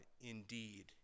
indeed